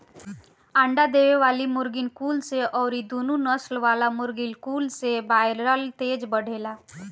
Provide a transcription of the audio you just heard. अंडा देवे वाली मुर्गीन कुल से अउरी दुनु नसल वाला मुर्गिन कुल से बायलर तेज बढ़ेला